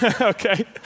Okay